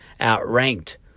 outranked